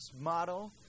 model